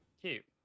Cute